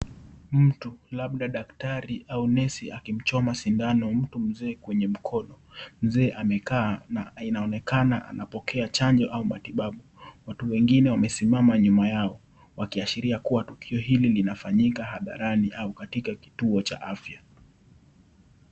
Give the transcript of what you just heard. Mtu labda daktari au nesi akimchoma sindano mtu mzee kwenye mkono. Mzee amekaa na inaonekana anapokea chanjo au matibabu. Watu wengine wamesimama nyuma yao wakiashiria kuwa tukio hili linafinyika hadharani au katika kituo cha afya.